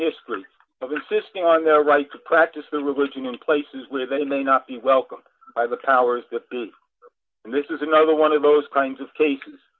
history of insisting on their right to practice their religion in places where they may not be welcomed by the powers that be and this is another one of those kinds of cases